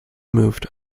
moved